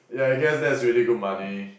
yeah I guess that's really good money